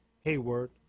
Hayward